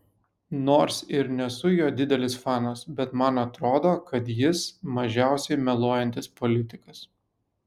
nors ir nesu jo didelis fanas bet man atrodo kad jis mažiausiai meluojantis politikas